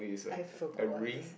I forgot what is this